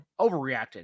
overreacted